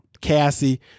Cassie